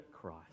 Christ